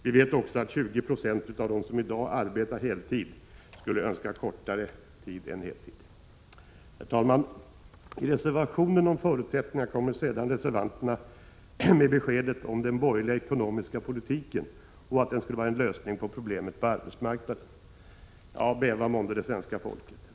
Vi vet också att 20 96 av dem som i dag arbetar heltid skulle önska kortare arbetstid. Herr talman! I reservationen om förutsättningar kommer reservanterna sedan med beskedet att den borgerliga ekonomiska politiken skulle vara lösningen på problemen på arbetsmarknaden. Bäva månde det svenska folket!